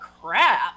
crap